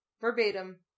verbatim